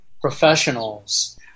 professionals